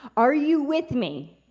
are you with me?